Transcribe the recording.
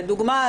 לדוגמא,